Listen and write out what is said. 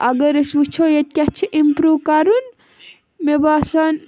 اگر أسۍ وٕچھو ییٚتہِ کیٛاہ چھِ اِمپرٛوٗ کَرُن مےٚ باسان